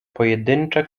pojedyncze